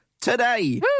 today